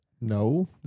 No